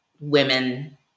women